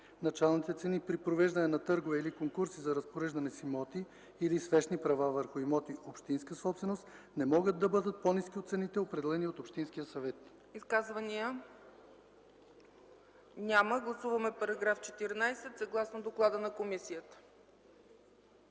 Началните цени при провеждане на търгове или конкурси за разпореждане с имоти или с вещни права върху имоти – общинска собственост, не могат да бъдат по-ниски от цените, определени от общинския съвет.” ПРЕДСЕДАТЕЛ ЦЕЦКА ЦАЧЕВА: Изказвания? Няма. Гласуваме § 14, съгласно доклада на комисията.